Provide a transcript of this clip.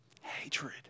Hatred